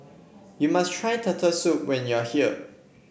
you must try Turtle Soup when you are here